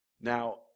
Now